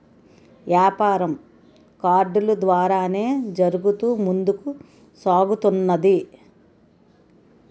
యాపారం కార్డులు ద్వారానే జరుగుతూ ముందుకు సాగుతున్నది